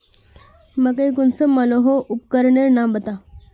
मकई कुंसम मलोहो उपकरनेर नाम बता?